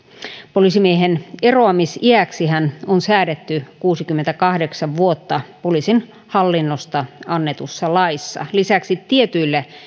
poliisimiehen eroamisiäksihän on säädetty kuusikymmentäkahdeksan vuotta poliisin hallinnosta annetussa laissa lisäksi tietyille